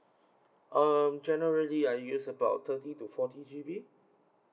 err generally I use about thirty to forty G_B